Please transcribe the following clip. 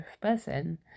person